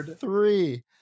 Three